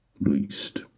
Least